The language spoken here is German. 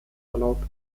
erlaubt